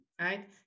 right